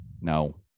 No